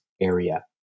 area